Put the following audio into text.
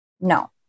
no